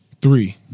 Three